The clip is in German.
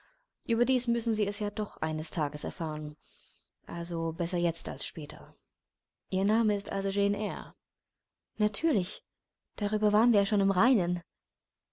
überdies müssen sie es ja doch eines tages erfahren also besser jetzt als später ihr name ist also jane eyre natürlich darüber waren wir ja schon im reinen